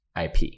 IP